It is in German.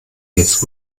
jetzt